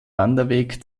wanderweg